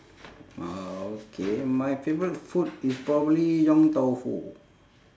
orh okay my favourite food is probably yong tau foo